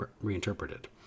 reinterpreted